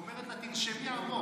אומרת לה: תנשמי עמוק.